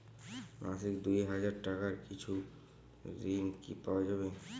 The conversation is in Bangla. মাসিক দুই হাজার টাকার কিছু ঋণ কি পাওয়া যাবে?